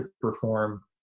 perform